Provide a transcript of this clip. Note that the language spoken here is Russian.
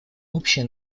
общее